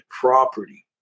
property